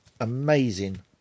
amazing